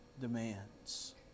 demands